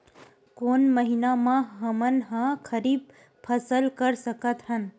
कोन महिना म हमन ह खरीफ फसल कर सकत हन?